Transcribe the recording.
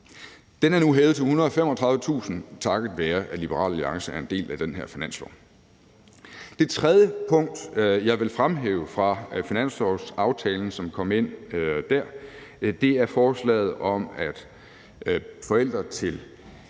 er nu hævet til 135.000 kr. takket være, at Liberal Alliance er en del af den her finanslov. Det tredje element, jeg vil fremhæve fra finanslovsaftalen, som kom ind der, er forslaget om, at forældre til